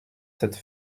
cette